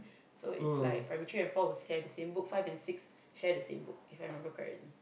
so it's like primary three and four will share the same book five and six share the same book If I remember correctly